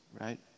right